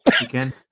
Again